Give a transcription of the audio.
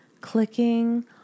clicking